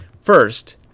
First